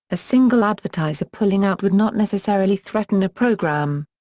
a single advertiser pulling out would not necessarily threaten a program.